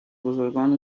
بزرگان